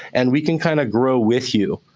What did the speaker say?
and we can kind of grow with you,